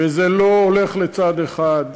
וזה לא הולך לצד אחד.